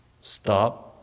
stop